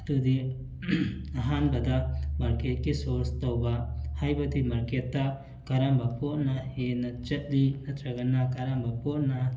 ꯑꯗꯨꯗꯤ ꯑꯍꯥꯟꯕꯗ ꯃꯥꯔꯀꯦꯠꯀꯤ ꯁꯣꯔꯁ ꯇꯧꯕ ꯍꯥꯏꯕꯗꯤ ꯃꯥꯔꯀꯦꯠꯇ ꯀꯔꯝꯕ ꯄꯣꯠꯅ ꯍꯦꯟꯅ ꯆꯠꯂꯤ ꯅꯠꯇ꯭ꯔꯒꯅ ꯀꯔꯝꯕ ꯄꯣꯠꯅ